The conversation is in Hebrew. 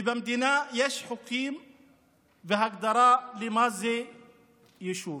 ובמדינה יש חוקים והגדרה מה זה יישוב.